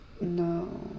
No